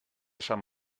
sant